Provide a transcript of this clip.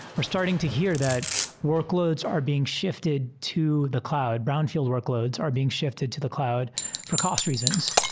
we're starting to hear that workloads are being shifted to the cloud. brownfield workloads are being shifted to the cloud for cost reasons.